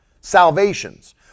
salvations